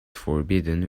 forbidden